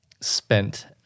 spent